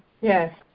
Yes